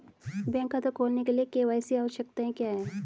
Bank खाता खोलने के लिए के.वाई.सी आवश्यकताएं क्या हैं?